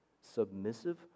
submissive